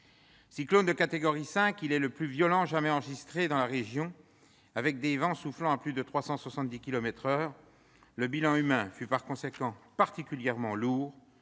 Ouragan de catégorie 5, il est le plus violent jamais enregistré dans la région, avec des vents soufflant à plus de 370 kilomètres-heure. Le bilan humain fut par conséquent particulièrement lourd,